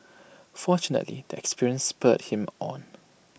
fortunately the experience spurred him on